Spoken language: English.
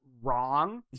wrong